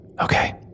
Okay